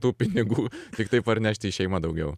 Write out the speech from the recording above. tų pinigų tiktai parnešti į šeimą daugiau